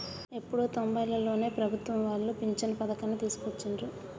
ఎప్పుడో తొంబైలలోనే ప్రభుత్వం వాళ్ళు పించను పథకాన్ని తీసుకొచ్చిండ్రు